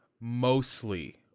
mostly